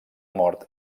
mort